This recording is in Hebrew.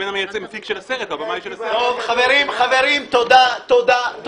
חברים, תודה.